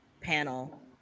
panel